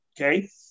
okay